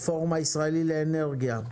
הפורום הישראלי לאנרגיה.